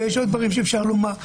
ויש עוד דברים שאפשר לומר,